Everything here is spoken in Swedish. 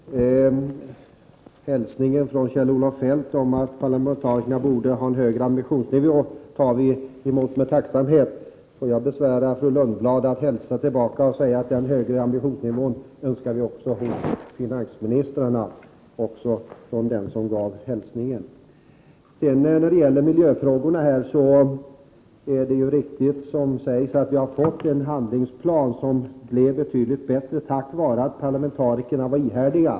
Herr talman! Hälsningen från Kjell-Olof Feldt om att parlamentarikerna borde ha en högre ambitionsnivå tar vi emot med tacksamhet. Får jag besvära fru Lundblad om att hälsa tillbaka och säga att denna högre ambitionsnivå önskar vi också hos finansministrarna och särskilt den som gav hälsningen. När det gäller miljöfrågorna är det riktigt att vi har fått en handlingsplan. Den blev mycket bättre tack vare att parlamentarikerna var ihärdiga.